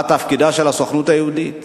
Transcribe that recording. מה תפקידה של הסוכנות היהודית?